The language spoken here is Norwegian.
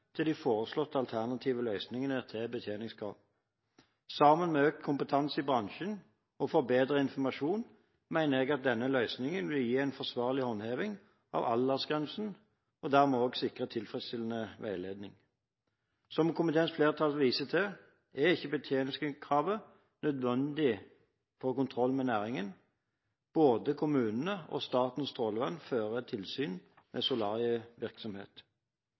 til de foreslåtte alternative løsningene til betjeningskrav. Sammen med økt kompetanse i bransjen og forbedret informasjon mener jeg at denne løsningen vil gi en forsvarlig håndheving av aldersgrensen og dermed også sikre tilfredsstillende veiledning. Som komiteens flertall viser til, er ikke betjeningskravet nødvendig for kontroll med næringen. Både kommunene og Statens strålevern fører tilsyn med